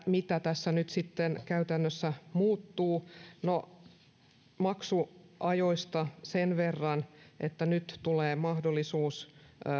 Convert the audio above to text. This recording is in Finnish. mitä tässä nyt sitten käytännössä muuttuu no maksuajoista sen verran että nyt tulee mahdollisuus